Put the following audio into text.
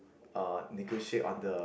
uh negotiate on the